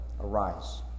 Arise